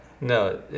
No